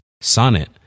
Sonnet